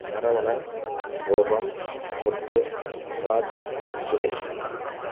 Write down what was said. Saravanan Gopal Muthu Raj Suresh